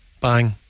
bang